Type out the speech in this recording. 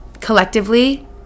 collectively